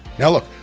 now, look,